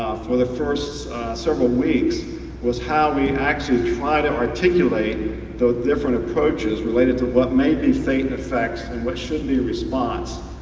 for the first several weeks was how we actually try to articulate the different approaches related to what may be fate effects and what should be response,